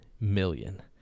million